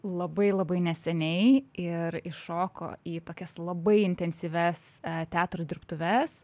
labai labai neseniai ir įšoko į tokias labai intensyvias teatro dirbtuves